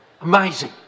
Amazing